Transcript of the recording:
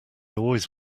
always